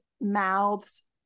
mouths